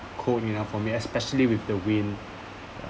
cold enough for me especially with the wind ya